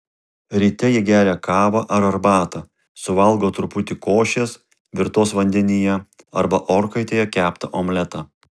ryte ji geria kavą ar arbatą suvalgo truputį košės virtos vandenyje arba orkaitėje keptą omletą